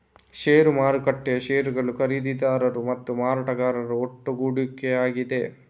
ಷೇರು ಮಾರುಕಟ್ಟೆಯು ಷೇರುಗಳ ಖರೀದಿದಾರರು ಮತ್ತು ಮಾರಾಟಗಾರರ ಒಟ್ಟುಗೂಡುವಿಕೆಯಾಗಿದೆ